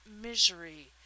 misery